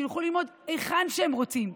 שילכו ללמוד היכן שהם רוצים,